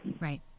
Right